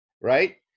Right